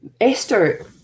Esther